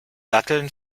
datteln